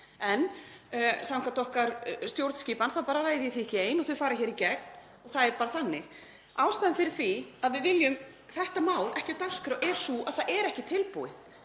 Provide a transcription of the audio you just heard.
En samkvæmt okkar stjórnskipan þá ræð ég því ekki ein og þau fara í gegn. Það er bara þannig. Ástæðan fyrir því að við viljum þetta mál ekki á dagskrá er sú að það er ekki tilbúið.